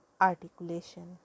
articulation